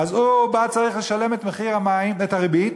הוא צריך לשלם את מחיר המים ואת הריבית,